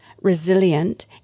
resilient